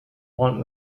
want